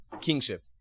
Kingship